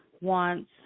wants